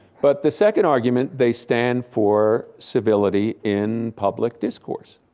but the second argument, they stand for civility in public discourse.